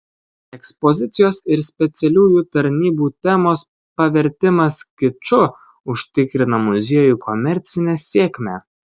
ekspozicijos ir specialiųjų tarnybų temos pavertimas kiču užtikrina muziejui komercinę sėkmę